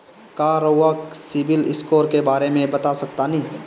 का रउआ CIBIL score के बारे में बता सकतानी?